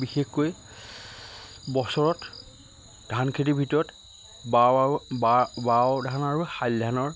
বিশেষকৈ বছৰত ধান খেতিৰ ভিতৰত বাও ধান আৰু শালি ধানৰ